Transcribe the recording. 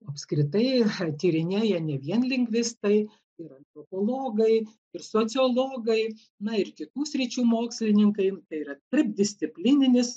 apskritai tyrinėja ne vien lingvistai ir antropologai ir sociologai na ir kitų sričių mokslininkai yra tarpdisciplininis